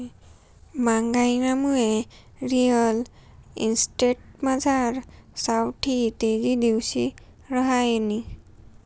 म्हागाईनामुये रिअल इस्टेटमझार सावठी तेजी दिवशी रहायनी